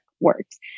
works